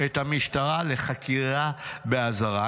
את המשטרה לחקירה באזהרה.